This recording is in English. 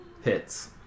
Hits